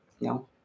no